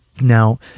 Now